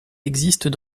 existent